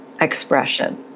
expression